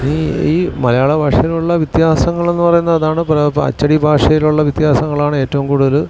ഈ ഈ മലയാള ഭാഷയിലുള്ള വിത്യാസങ്ങളെന്ന് പറയുന്നത് അതാണ് അച്ചടി ഭാഷയിലുള്ള വ്യത്യാസങ്ങളാണ് ഏറ്റോം കൂടുതൽ